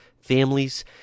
families